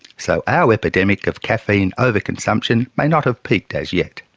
so our epidemic of caffeine over-consumption may not have peaked as yet.